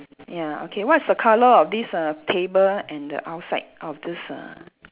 ya okay what's the colour of this uh table and the outside of this uh